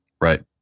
Right